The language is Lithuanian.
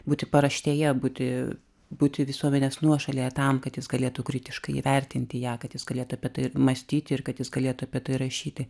būti paraštėje būti būti visuomenės nuošalėje tam kad jis galėtų kritiškai įvertinti ją kad jis galėtų apie tai ir mąstyti ir kad jis galėtų apie tai rašyti